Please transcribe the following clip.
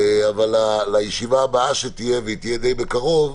אבל לישיבה הבאה שתהיה, והיא תהיה די בקרוב,